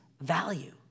value